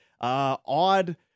odd